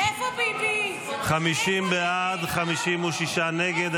50 בעד, 56 נגד.